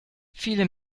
viele